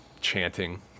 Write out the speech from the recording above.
chanting